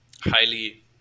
highly